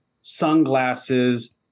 sunglasses